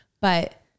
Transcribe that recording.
but-